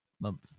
month